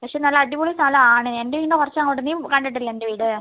പക്ഷെ നല്ല അടിപൊളി സ്ഥലമാണ് എൻ്റെ പിന്നെ കുറച്ച് അങ്ങോട്ട് നീ കണ്ടിട്ടില്ലേ എൻ്റെ വീട്